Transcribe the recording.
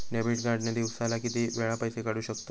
Debit card ने दिवसाला किती वेळा पैसे काढू शकतव?